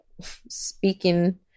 speaking